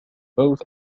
both